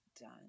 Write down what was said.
done